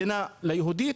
מדינה ליהודים,